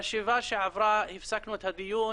בשבוע שעבר אנחנו הפסקנו את הדיון